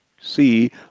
see